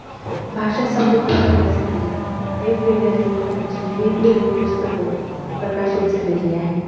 भाषा समृद्ध करण्यासाठी वेगवेगळ्या लेखकांची वेगवेगळी पुस्तकं प्रकाशित झालेली आहे